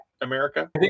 America